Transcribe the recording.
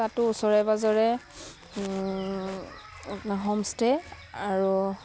তাতো ওচৰে পাঁজৰে আপোনাৰ হোমষ্টে আৰু